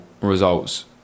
results